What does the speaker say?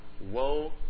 Woe